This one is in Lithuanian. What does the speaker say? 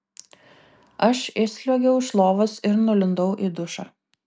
aš išsliuogiau iš lovos ir nulindau į dušą